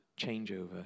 changeover